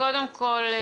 קודם כל,